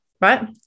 right